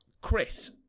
Chris